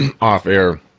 off-air